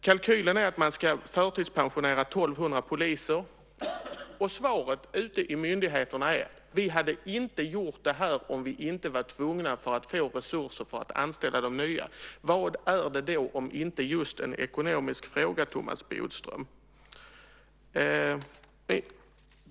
Kalkylen är att man ska förtidspensionera 1 200 poliser, och svaret ute på myndigheterna är: Vi hade inte gjort det här om vi inte varit tvungna för att få resurser för att anställa de nya. Vad är det då om inte just en ekonomisk fråga, Thomas Bodström?